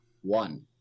One